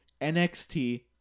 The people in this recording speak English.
NXT